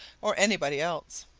or anybody else.